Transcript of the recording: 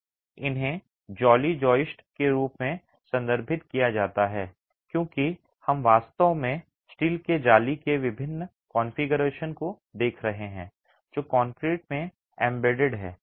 इन्हें जाली जॉइस्ट के रूप में संदर्भित किया जाता है क्योंकि हम वास्तव में स्टील के जाली के विभिन्न कॉन्फ़िगरेशन को देख रहे हैं जो कंक्रीट में एम्बेडेड है